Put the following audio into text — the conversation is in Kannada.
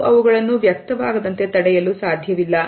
ನಾವು ಅವುಗಳನ್ನು ವ್ಯಕ್ತವಾಗದಂತೆ ತಡೆಯಲು ಸಾಧ್ಯವಿಲ್ಲ